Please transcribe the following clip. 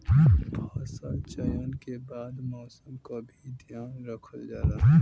फसल चयन के बाद मौसम क भी ध्यान रखल जाला